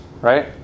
right